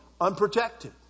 unprotected